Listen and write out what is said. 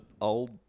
old